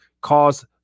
cause